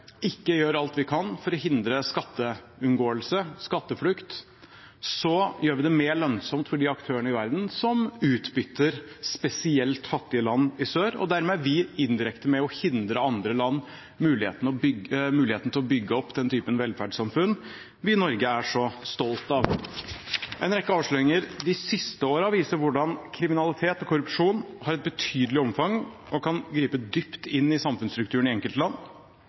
ikke gjør alt vi kan for å hindre skatteomgåelse, skatteflukt, gjør vi det mer lønnsomt for de aktørene i verden som utbytter spesielt fattige land i sør, og dermed er vi indirekte med og hindrer at andre land får muligheten til å bygge opp den typen velferdssamfunn vi i Norge er så stolte av. En rekke avsløringer de siste årene viser hvordan kriminalitet og korrupsjon har et betydelig omfang og kan gripe dypt inn i samfunnsstrukturen i enkeltland.